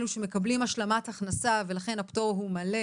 אלו שמקבלים השלמת הכנסה ולכן הפטור הוא מלא.